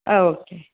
ആ ഓക്കേ